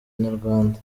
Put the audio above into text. inyarwanda